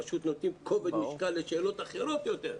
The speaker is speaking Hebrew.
פשוט נותנים כובד משקל לשאלות אחרות יותר.